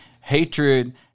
hatred